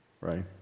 right